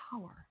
power